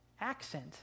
accent